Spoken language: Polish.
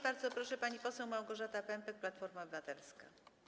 Bardzo proszę, pani poseł Małgorzata Pępek, Platforma Obywatelska.